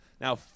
now